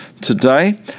today